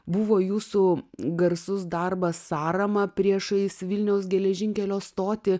buvo jūsų garsus darbas sąrama priešais vilniaus geležinkelio stotį